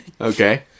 Okay